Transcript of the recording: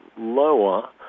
lower